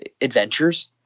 adventures